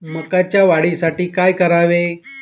मकाच्या वाढीसाठी काय करावे?